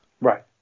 Right